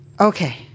okay